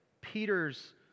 Peter's